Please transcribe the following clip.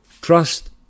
trust